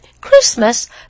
Christmas